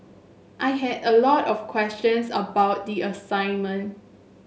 I had a lot of questions about the assignment